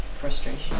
Frustration